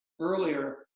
earlier